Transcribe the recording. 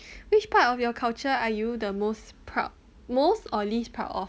which part of your culture are you the most proud most or least proud of